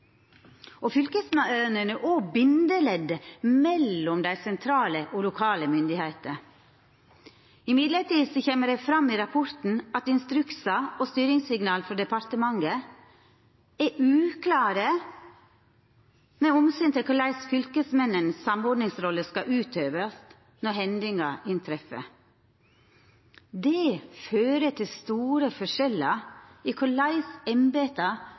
nivå. Fylkesmannen er òg bindeleddet mellom dei sentrale og dei lokale myndigheitene. Likevel kjem det fram i rapporten at instruksar og styringssignal frå departementet er uklare med omsyn til korleis Fylkesmannens samordningsrolle skal utøvast når hendingar skjer. Det fører til store forskjellar i korleis embeta